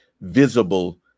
visible